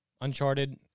Uncharted